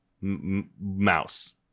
mouse